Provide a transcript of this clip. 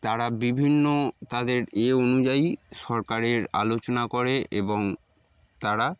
তারা বিভিন্ন তাদের এ অনুযায়ী সরকারের আলোচনা করে এবং তারা